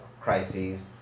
crises